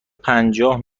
پنجاه